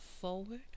forward